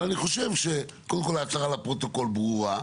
אבל אני חושב שקודם כול ההצהרה לפרוטוקול ברורה.